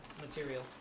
material